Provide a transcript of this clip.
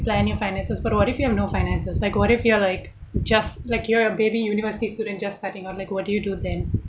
plan your finances but what if you have no finances like what if you are like just like you're a baby university student just starting out like what do you do then